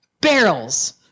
barrels